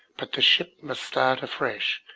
but the ship must start afresh.